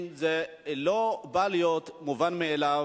אם זה לא אמור להיות מובן מאליו,